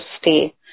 stay